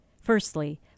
firstly